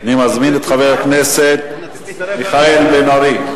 אני מזמין את חבר הכנסת מיכאל בן-ארי,